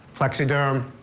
plexaderm,